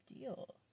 deal